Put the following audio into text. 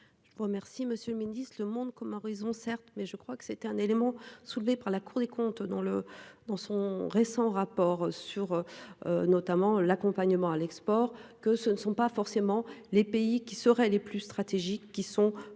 Je vous remercie Monsieur le Ministre, le monde comme horizon certes mais je crois que c'était un élément soulevé par la Cour des comptes dans le dans son récent rapport sur. Notamment l'accompagnement à l'export que ce ne sont pas forcément les pays qui seraient les plus stratégiques qui sont les